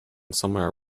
somewhere